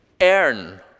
Earn